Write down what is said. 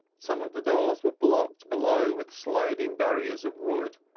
some of the doors were blocked below with sliding barriers of wood,